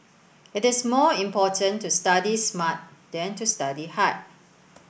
it is more important to study smart than to study hard